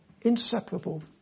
Inseparable